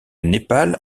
népal